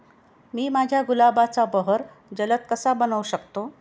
मी माझ्या गुलाबाचा बहर जलद कसा बनवू शकतो?